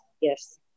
Yes